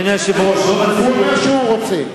הוא אומר שהוא רוצה.